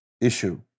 issue